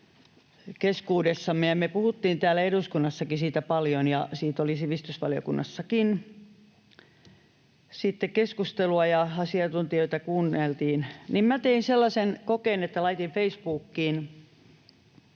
me puhuimme täällä eduskunnassakin siitä paljon ja siitä oli sivistysvaliokunnassakin sitten keskustelua ja asiantuntijoita kuunneltiin, minä tein sellaisen kokeen, että laitoin Facebookiin